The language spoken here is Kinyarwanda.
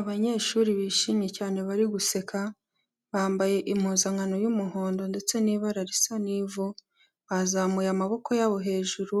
Abanyeshuri bishimye cyane bari guseka bambaye impuzankano y'umuhondo ndetse n'ibara risa n'ivu, bazamuye amaboko yabo hejuru,